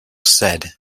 said